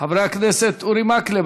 חבר הכנסת אורי מקלב.